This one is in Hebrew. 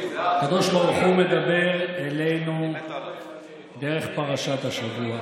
הקדוש ברוך הוא מדבר אלינו דרך פרשת השבוע,